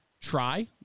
try